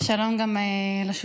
שלום גם לשותפים,